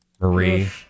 Marie